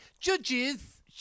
Judges